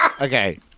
Okay